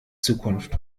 zukunft